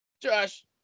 Josh